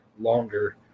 longer